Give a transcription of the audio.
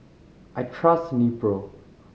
I trust Nepro